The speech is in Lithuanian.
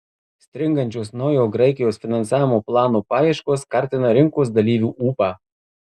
stringančios naujojo graikijos finansavimo plano paieškos kartina rinkos dalyvių ūpą